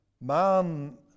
Man